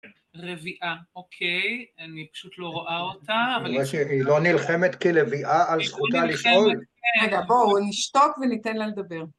לביאה, אוקיי, אני פשוט לא רואה אותה.. היא לא נלחמת כלביאה על זכותה לשאול? רגע בואו נשתוק וניתן לה לדבר